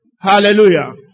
Hallelujah